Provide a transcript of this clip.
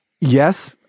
Yes